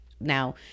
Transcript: now